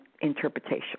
interpretation